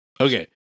Okay